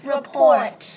Report